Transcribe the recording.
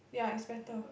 ya it's better